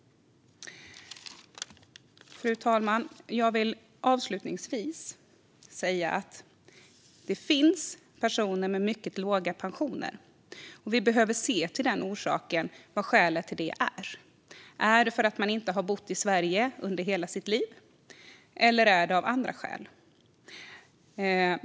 Fru talman! Jag vill avslutningsvis säga att det finns personer med mycket låga pensioner, och vi behöver titta på vad skälet till detta är. Är det för att man inte har bott i Sverige under hela sitt liv, eller är det av andra skäl?